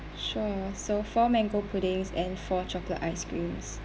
sure so four mango puddings and four chocolate ice creams